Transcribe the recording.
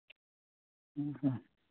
ᱦᱮᱸ ᱦᱮᱸ